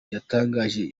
yatangiye